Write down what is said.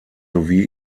sowie